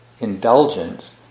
indulgence